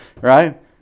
right